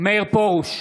מאיר פרוש,